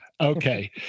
Okay